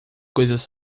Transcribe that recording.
coisas